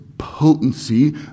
potency